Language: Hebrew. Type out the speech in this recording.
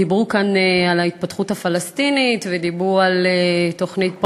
דיברו כאן על ההתפתחות הפלסטינית ודיברו על תוכנית פראוור,